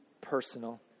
personal